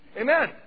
Amen